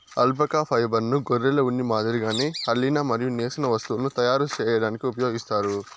alpaca ఫైబర్ను గొర్రెల ఉన్ని మాదిరిగానే అల్లిన మరియు నేసిన వస్తువులను తయారు చేయడానికి ఉపయోగిస్తారు